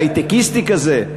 היי-טקיסטי כזה,